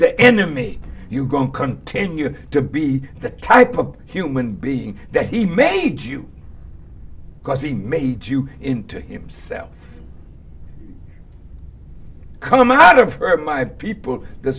the enemy you're going to continue to be that type of human being that he made you because he made you into himself come out of my people the